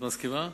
את מסכימה?